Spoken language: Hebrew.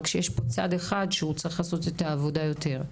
רק שיש פה צד אחד שהוא צריך לעשות את העבודה יותר.